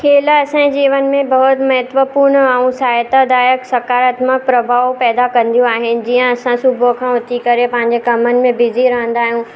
खेल असांजे जीवन में बहुत महत्वपूर्ण ऐं सहायता दायक सकारात्मक प्रभाव पैदा कंदियूं आहिनि जीअं असां सुबुह खां उथी करे पंहिंजे कमनि में बिज़ी रहंदा आहियूं